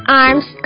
arms